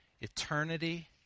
Eternity